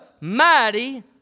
mighty